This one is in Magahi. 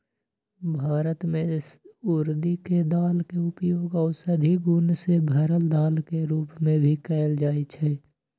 भारत में उर्दी के दाल के उपयोग औषधि गुण से भरल दाल के रूप में भी कएल जाई छई